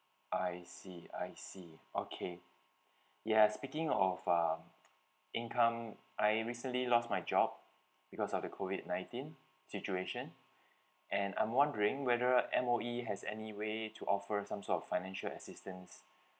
I see I see okay yes speaking of uh income I recently lost my job because of the COVID nineteen situation and I'm wondering whether M_O_E has any way to offer some sort of financial assistance